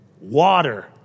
water